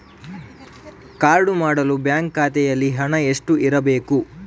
Card ಮಾಡಲು bank ಖಾತೆಯಲ್ಲಿ ಹಣ ಎಷ್ಟು ಇರಬೇಕು?